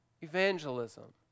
evangelism